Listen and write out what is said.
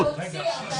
אי אפשר.